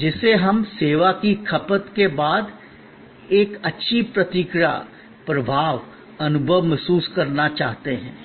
जिसे हम सेवा की खपत के बाद एक अच्छी प्रतिक्रिया प्रभाव अनुभव महसूस करना चाहते हैं